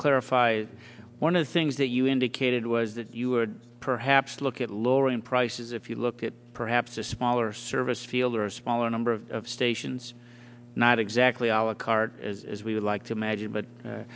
clarify one of the things that you indicated was that you would perhaps look at lowering prices if you look at perhaps a smaller service field or a smaller number of stations not exactly our car as we would like to imagine but